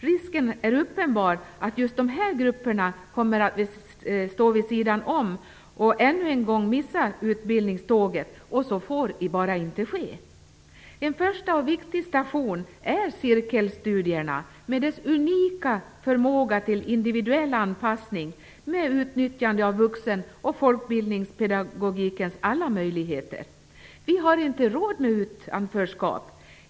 Risken är uppenbar att just de här grupperna kommer att stå vid sidan om och ännu en gång missa utbildningståget. Så får bara inte ske. En första och viktig station är cirkelstudierna med deras unika förmåga till individuell anpassning och utnyttjande av vuxen och folkbildningspedagogikens alla möjligheter. Vi har inte råd med utanförskap.